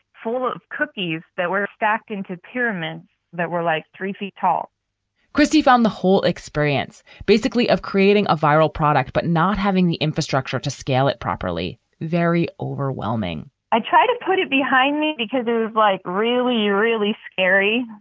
of cookies that were stacked into pyramid that were like three feet tall christie found the whole experience basically of creating a viral product, but not having the infrastructure to scale it properly. very overwhelming i tried to put it behind me because it was like really, really scary.